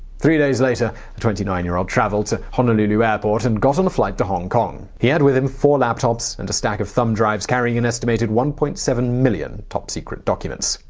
three days later, the twenty nine year old traveled to honolulu airport and got on a flight to hong kong. he had with him four laptops and a stack of thumb drives carrying an estimated one point seven million top secret documents.